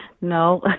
No